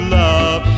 love